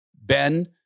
Ben